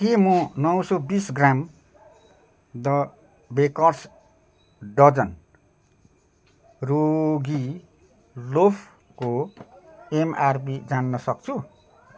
के म नौ सय बिस ग्राम द बेकर्स डजन रोगी लोफको एमआरपी जान्न सक्छु